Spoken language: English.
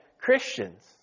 Christians